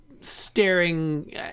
staring